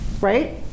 Right